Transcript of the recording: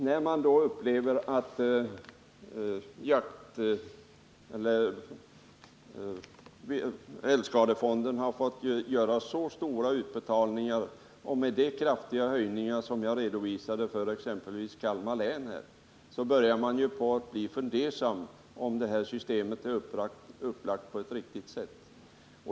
När man då ser hur stora utbetalningar som har gjorts från älgskadefonden och vilka kraftiga höjningar som har redovisats för exempelvis Kalmar län börjar man undra om systemet är upplagt på ett riktigt sätt.